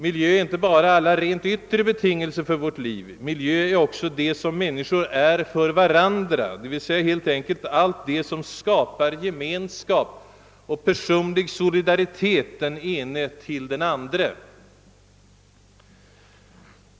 Miljö är inte bara alla rent yttre betingelser för vårt liv, miljö är också det som männskor är för varandra, helt enkelt allt det som skapar gemenskap och personlig solidaritet mellan människor.